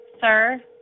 Sir